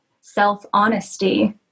self-honesty